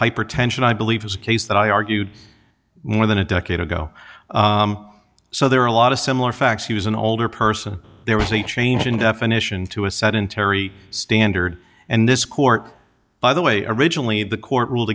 hypertension i believe was a case that i argued more than a decade ago so there are a lot of similar facts he was an older person there was a change in definition to a sedentary standard and this court by the way originally the court ruled